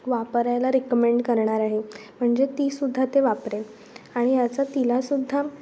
वापरायला रिकमेंड करणार आहे म्हणजे तीसुद्धा ते वापरेल आणि याचा तिलासुद्धा